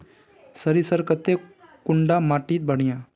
सरीसर केते कुंडा माटी बढ़िया?